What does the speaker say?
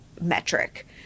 metric